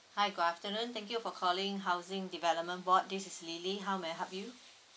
hi good afternoon thank you for calling housing development board this is lily how may I help you